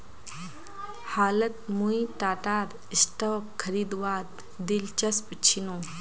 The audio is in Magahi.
हालत मुई टाटार स्टॉक खरीदवात दिलचस्प छिनु